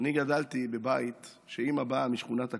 אני גדלתי בבית שאימא באה משכונת הכורדים,